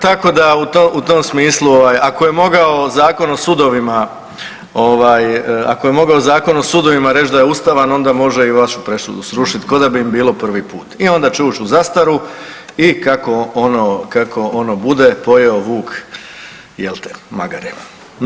Tako da u tom smislu, ako je mogao Zakon o sudovima, ovaj, ako je mogao Zakon o sudovima reć da je ustavan, onda može i vašu presudu srušiti, k'o da bi im bilo prvi put i onda će ući u zastaru i kako ono bude, pojeo vuk, jel'te, magare.